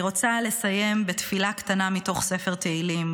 אני רוצה לסיים בתפילה קטנה מתוך ספר תהילים,